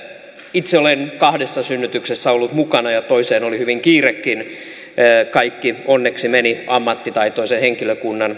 itse olen kahdessa synnytyksessä ollut mukana ja toiseen oli hyvin kiirekin kaikki onneksi meni ammattitaitoisen henkilökunnan